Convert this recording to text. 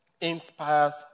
inspires